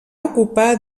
ocupar